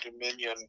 Dominion